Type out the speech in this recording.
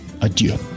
adieu